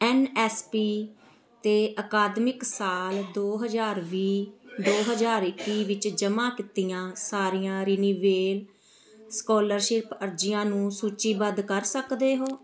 ਐਨ S P ਅਤੇ ਅਕਾਦਮਿਕ ਸਾਲ ਦੋ ਹਜ਼ਾਰ ਵੀਹ ਦੋ ਹਜ਼ਾਰ ਇੱਕੀ ਵਿੱਚ ਜਮ੍ਹਾਂ ਕੀਤੀਆਂ ਸਾਰੀਆਂ ਰਿਨਿਵੇਲ ਸਕੋਲਰਸ਼ਿਪ ਅਰਜ਼ੀਆਂ ਨੂੰ ਸੂਚੀਬੱਧ ਕਰ ਸਕਦੇ ਹੋ